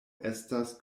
estas